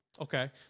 Okay